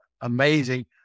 amazing